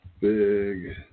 big